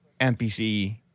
NPC